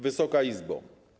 Wysoka Izbo!